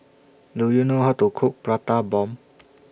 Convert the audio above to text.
Do YOU know How to Cook Prata Bomb